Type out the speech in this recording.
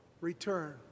return